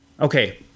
Okay